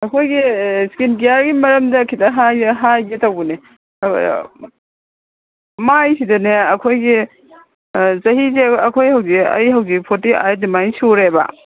ꯑꯩꯈꯣꯏꯒꯤ ꯁ꯭ꯀꯤꯟ ꯀꯤꯌꯥꯔꯒꯤ ꯃꯔꯝꯗ ꯈꯤꯇ ꯍꯥꯏꯒꯦ ꯇꯧꯕꯅꯦ ꯃꯥꯏꯁꯤꯗꯅꯦ ꯑꯩꯈꯣꯏꯒꯤ ꯆꯍꯤꯁꯦ ꯑꯩꯈꯣꯏ ꯍꯧꯖꯤꯛ ꯑꯩ ꯍꯧꯖꯤꯛ ꯐꯣꯔꯇꯤ ꯑꯩꯠ ꯑꯗꯨꯃꯥꯏ ꯁꯨꯔꯦꯕ